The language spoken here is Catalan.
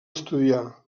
estudià